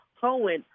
Cohen